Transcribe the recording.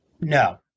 No